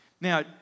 Now